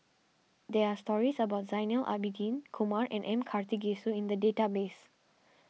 there are stories about Zainal Abidin Kumar and M Karthigesu in the database